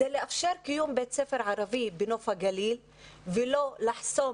זה לאפשר קיום בית ספר ערבי בנוף הגליל ולא לחסום